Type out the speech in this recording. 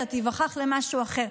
אתה תיווכח במשהו אחר.